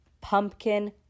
pumpkin